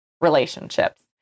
relationships